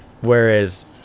Whereas